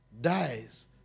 dies